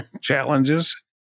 challenges